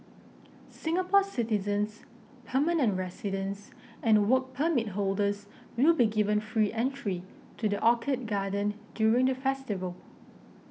Singapore citizens permanent residents and Work Permit holders will be given free entry to the Orchid Garden during the festival